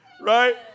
Right